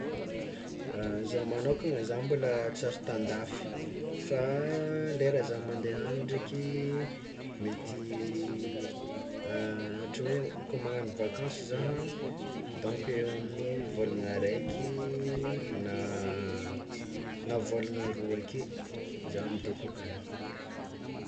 Zah magnokana zah mbola tsy ary tan-dafy, fa lera zah mandeha any ndraiky mety ôhatra hoe kô magnano vakansy zah dônko eo amin'ny vôlana araiky na na vôlagna roa ake zah midoko akagny.